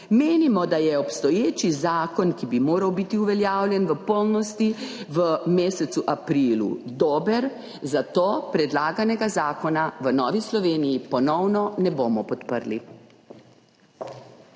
Menimo, da je obstoječi zakon, ki bi moral biti uveljavljen v polnosti v mesecu aprilu, dober, zato predlaganega zakona v Novi Sloveniji ponovno ne bomo podprli.